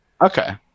Okay